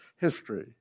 history